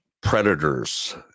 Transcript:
predators